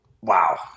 Wow